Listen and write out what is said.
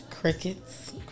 Crickets